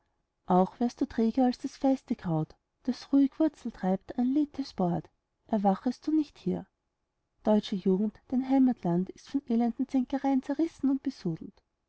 auch wärst du träger als das feiste kraut das ruhig wurzel treibt an lethes bord erwachtest du nicht hier deutsche jugend dein heimatland ist von elenden zänkereien zerrissen und